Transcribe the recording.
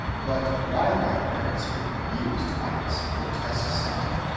but while my parents were amused by its grotesque side,